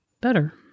better